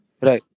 Right